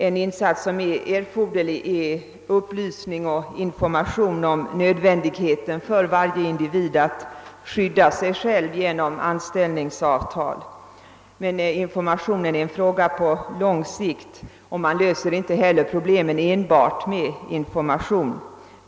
En insats, som måste göras, är att lämna upplysning och information om nödvändigheten för varje individ att skydda sig själv genom anställningsavtal. Men informationen är en fråga på lång sikt, och problemet löses inte hel ler enbart med information.